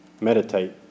meditate